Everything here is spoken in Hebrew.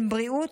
בין בריאות,